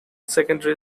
secondary